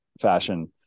fashion